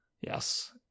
Yes